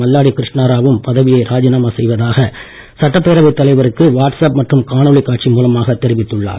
மல்லாடி கிருஷ்ணாராவ் வும் பதவியை ராஜினாமா செய்வதாக சட்டப்பேரவை தலைவருக்கு வாட்ஸ் அப் மற்றும் காணொளி காட்சி மூலமாகத் தெரிவித்துள்ளார்